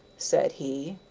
said he.